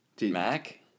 Mac